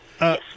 Yes